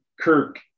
Kirk